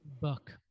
book